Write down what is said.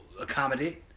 accommodate